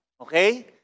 okay